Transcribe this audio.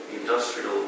industrial